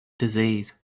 disease